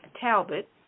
Talbot